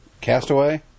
Castaway